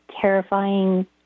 terrifying